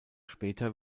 später